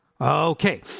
Okay